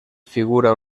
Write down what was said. figura